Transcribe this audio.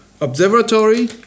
Observatory